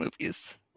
movies